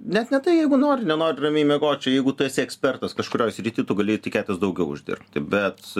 net ne tai jeigu nori nenori ramiai miegoti jeigu tu esi ekspertas kažkurioj srity tu gali tikėtis daugiau uždirbti bet